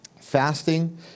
fasting